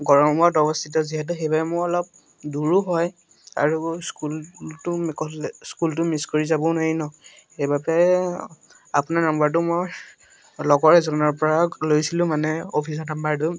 গড়মূৰত অৱস্থিত যিহেতু সেইবাবে মোৰ অলপ দূৰো হয় আৰু স্কুলটো স্কুলটো মিছ কৰি যাবও নোৱাৰি ন সেইবাবে আপোনাৰ নাম্বাৰটো মই লগৰ এজনৰ পৰা লৈছিলোঁ মানে অফিচৰ নাম্বাৰটো